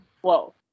Whoa